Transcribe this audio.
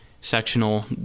sectional